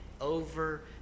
over